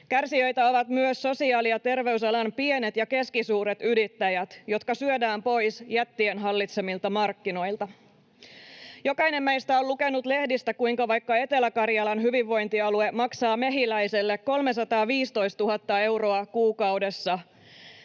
Kärsijöitä ovat myös sosiaali- ja terveysalan pienet ja keskisuuret yrittäjät, jotka syödään pois jättien hallitsemilta markkinoilta. Jokainen meistä on lukenut lehdistä, kuinka vaikka Etelä-Karjalan hyvinvointialue maksaa Mehiläiselle 315 000 euroa kuukaudessa